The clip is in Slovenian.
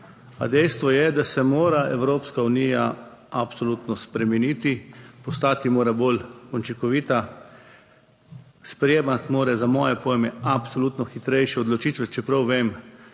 dejstvo je, da se mora Evropska unija absolutno spremeniti, postati mora bolj učinkovita, sprejemati mora za moje pojme absolutno hitrejše odločitve, čeprav vem,